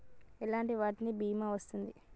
ఎలాంటి వాటికి బీమా వస్తుంది?